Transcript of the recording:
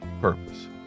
purpose